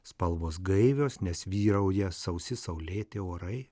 spalvos gaivios nes vyrauja sausi saulėti orai